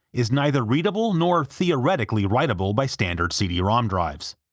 is neither readable nor theoretically writable by standard cd-rom drives.